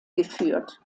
geführt